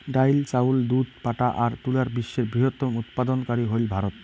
ডাইল, চাউল, দুধ, পাটা আর তুলাত বিশ্বের বৃহত্তম উৎপাদনকারী হইল ভারত